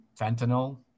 fentanyl